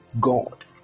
God